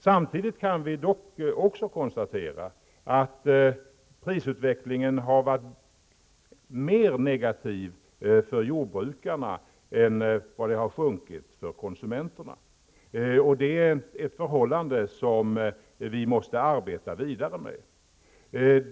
Samtidigt kan vi då också konstatera att prisutvecklingen har varit mer negativ för jordbrukarna än den har varit positiv för konsumenterna. Det är ett förhållande som vi måste arbeta vidare med.